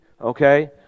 Okay